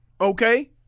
okay